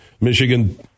Michigan